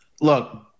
look